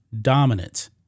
dominant